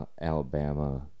Alabama